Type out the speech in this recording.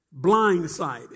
Blindsided